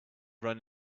run